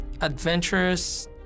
adventurous